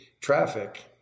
traffic